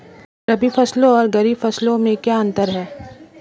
रबी फसलों और खरीफ फसलों में क्या अंतर है?